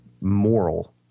moral